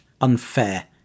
unfair